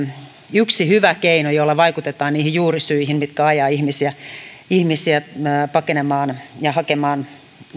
yksi hyvä keino jolla vaikutetaan niihin juurisyihin mitkä ajavat ihmisiä ihmisiä pakenemaan ja hakemaan